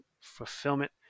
fulfillment